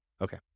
Okay